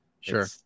sure